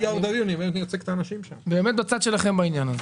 אני באמת בצד שלכם בעניין הזה.